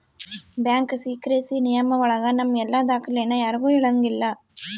bank secrecy ನಿಯಮ ಒಳಗ ನಮ್ ಎಲ್ಲ ದಾಖ್ಲೆನ ಯಾರ್ಗೂ ಹೇಳಂಗಿಲ್ಲ